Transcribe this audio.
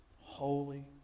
holy